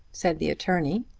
said the attorney.